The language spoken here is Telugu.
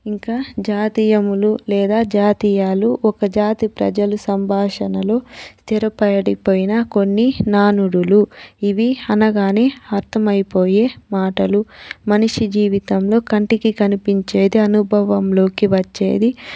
ఇంకా జాతీయములు లేదా జాతీయాలు ఒక జాతి ప్రజలు సంభాషణలు స్థిరపడిపోయిన కొన్ని నానుడులు ఇవి అనగానే అర్థమయిపోయే మాటలు మనిషి జీవితంలో కంటికి కనిపించేది అనుభవంలోకి వచ్చేది